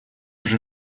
уже